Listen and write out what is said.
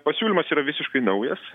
pasiūlymas yra visiškai naujas